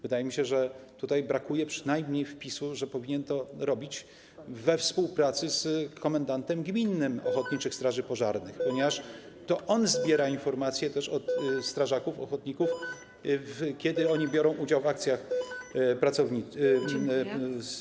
Wydaje mi się, że tutaj brakuje przynajmniej zapisu, że powinien to robić we współpracy z komendantem gminnym ochotniczych straży pożarnych, ponieważ to on zbiera informacje też od strażaków ochotników, kiedy oni biorą udział w akcjach ratowniczych.